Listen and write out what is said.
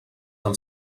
del